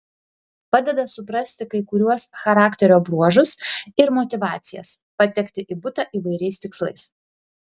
padeda suprasti kai kuriuos charakterio bruožus ir motyvacijas patekti į butą įvairiais tikslais